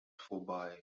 vorbei